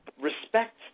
respect